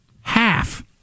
Half